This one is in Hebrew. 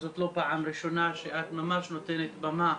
זו לא פעם ראשונה שאת נותנת במה